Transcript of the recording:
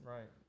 Right